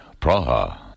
Praha